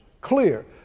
clear